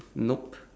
nope